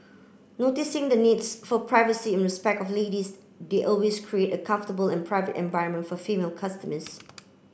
noticing the needs for privacy and respect of ladies they always create a comfortable and private environment for female customers